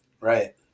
right